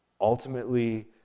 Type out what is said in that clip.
Ultimately